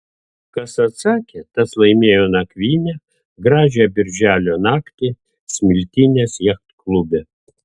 kas atsakė tas laimėjo nakvynę gražią birželio naktį smiltynės jachtklube